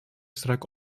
strak